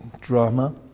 drama